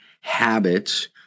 habits